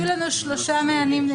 יהיו לנו שלושה מענים,